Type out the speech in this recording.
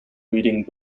reading